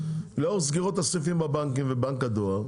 לאור סגירות הסניפים בבנקים ובבנק הדואר,